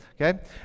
okay